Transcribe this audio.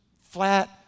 flat